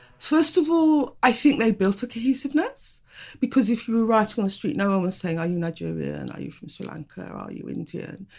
first of all, i think they built a cohesiveness because if you were rioting on the street no one was saying are you nigerian, and are you from sri lanka, are you indian.